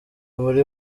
buri